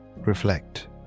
reflect